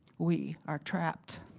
we are trapped.